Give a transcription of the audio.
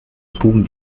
trugen